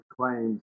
claims